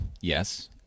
yes